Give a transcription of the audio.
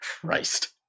Christ